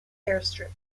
airstrip